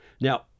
Now